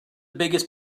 biggest